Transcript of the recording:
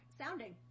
sounding